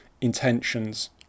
intentions